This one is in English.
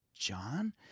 john